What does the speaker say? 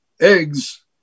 eggs